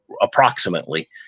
approximately